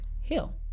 heal